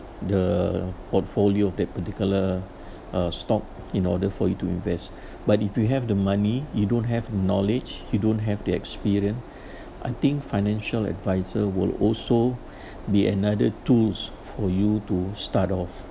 the portfolio of that particular uh stock in order for you to invest but if you have the money you don't have knowledge you don't have the experience I think financial adviser will also be another tools for you to start off